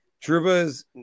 Truba's